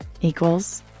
equals